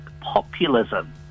populism